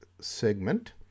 segment